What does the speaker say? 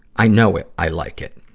i know it, i like it.